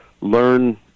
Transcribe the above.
learn